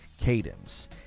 cadence